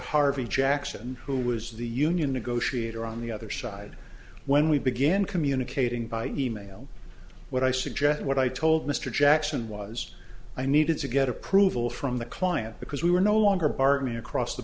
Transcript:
harvey jackson who was the union negotiator on the other side when we began communicating by email what i suggest what i told mr jackson was i needed to get approval from the client because we were no longer partly across the